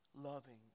loving